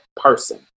person